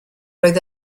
oedd